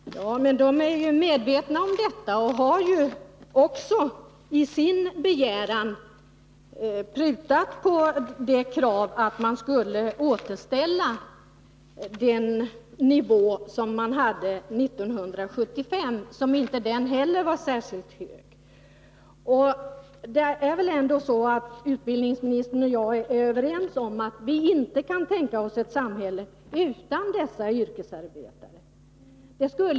Herr talman! Författarna är medvetna om den ekonomiska situationen och har i sin begäran prutat på kravet att återställa 1975 års ersättningsnivå, som inte heller den var särskilt hög. Utbildningsministern och jag är väl ändå överens om att vi inte kan tänka oss ett samhälle utan dessa yrkesarbetare?